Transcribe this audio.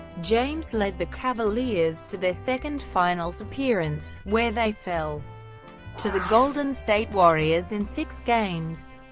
james led the cavaliers to their second finals appearance, where they fell to the golden state warriors in six games.